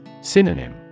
Synonym